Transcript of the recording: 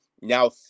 now